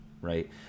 Right